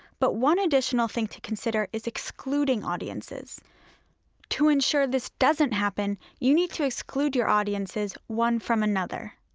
but one additional thing to consider is excluding audiences to ensure this doesn't happen, you need to exclude your audiences one from another.